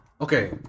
Okay